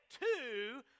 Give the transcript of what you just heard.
two